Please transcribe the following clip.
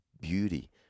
beauty